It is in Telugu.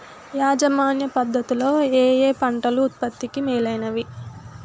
యాజమాన్య పద్ధతు లలో ఏయే పంటలు ఉత్పత్తికి మేలైనవి?